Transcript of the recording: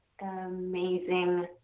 amazing